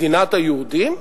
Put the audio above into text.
מדינת היהודים,